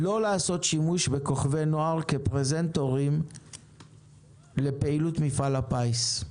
לא לעשות שימוש בכוכבי נוער כפרזנטורים לפעילות של מפעל הפיס.